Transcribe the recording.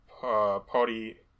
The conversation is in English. party